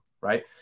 right